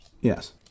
Yes